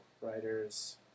writers